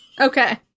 Okay